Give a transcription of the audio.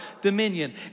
dominion